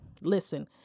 listen